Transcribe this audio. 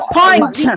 point